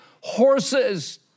horses